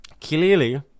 Clearly